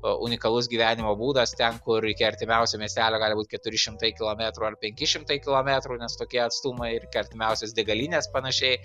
unikalus gyvenimo būdas ten kur iki artimiausio miestelio gali būti keturi šimtai kilometrų ar penki šimtai kilometrų nes tokie atstumai ir iki artimiausios degalinės panašiai